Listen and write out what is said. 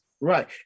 Right